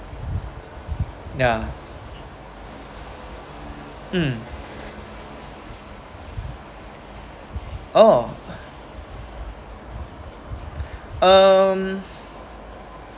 ya mm oh um